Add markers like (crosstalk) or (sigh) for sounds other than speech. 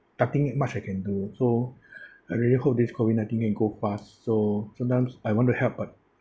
nothing much I can do so (breath) I really hope this COVID nineteen can go fast so sometimes I want to help but